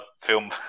film